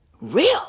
real